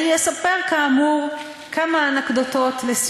אני אסיים בכמה אנקדוטות.